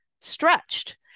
stretched